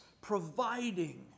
providing